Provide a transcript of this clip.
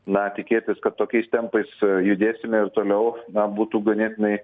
na tikėtis kad tokiais tempais judėsime ir toliau na būtų ganėtinai